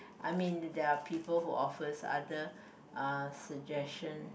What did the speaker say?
I mean there are people who offers other uh suggestion